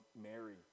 Mary